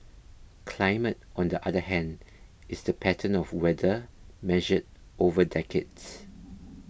climate on the other hand is the pattern of weather measured over decades